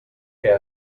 que